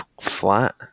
flat